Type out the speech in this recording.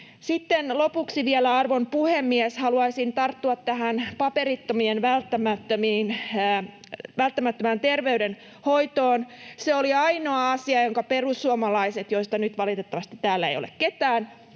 lopuksi vielä, arvon puhemies, haluaisin tarttua tähän paperittomien välttämättömään terveydenhoitoon. Se oli ainoa asia, jonka perussuomalaiset, joista nyt valitettavasti täällä ei ole ketään...